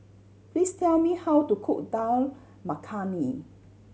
please tell me how to cook Dal Makhani